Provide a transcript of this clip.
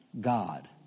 God